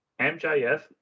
MJF